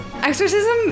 exorcism